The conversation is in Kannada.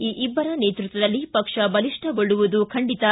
ಈ ಇಬ್ಬರ ನೇತೃತ್ವದಲ್ಲಿ ಪಕ್ಷ ಬಲಿಷ್ಠಗೊಳ್ಳುವುದು ಖಂಡಿತಾ